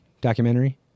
documentary